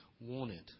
wanted